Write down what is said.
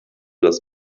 das